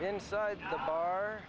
inside the car